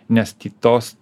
nes ti tos